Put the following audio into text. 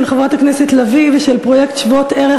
חברת הכנסת לביא ושל פרויקט "שוות ערך,